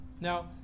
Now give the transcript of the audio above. Now